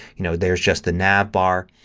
you know there's just the nab bar.